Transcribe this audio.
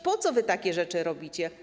Po co wy takie rzeczy robicie?